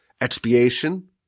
expiation